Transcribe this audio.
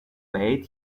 made